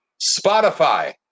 Spotify